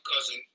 cousin